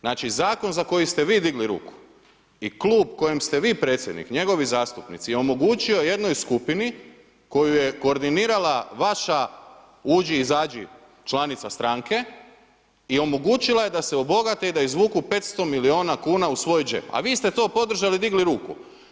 Znači, Zakon za koji ste vi digli ruku i klub kojem ste vi predsjednik, njegovi zastupnici, omogućio je jednoj skupini koju je koordinirala vaša uđi-izađi članica stranke i omogućila je da se obogate i da izvuku 500 miliona kuna u svoj džep, a vi ste to podržali, digli ruku.